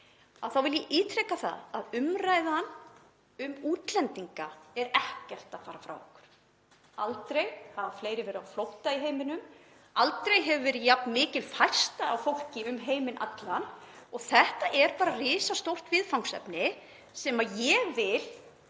þá vil ég ítreka að umræðan um útlendinga er ekkert að fara frá okkur. Aldrei hafa fleiri verið á flótta í heiminum, aldrei hefur verið jafn mikil færsla á fólki um heiminn allan og þetta er risastórt viðfangsefni sem ég vil